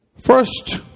First